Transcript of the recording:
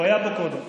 הוא היה פה קודם.